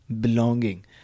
belonging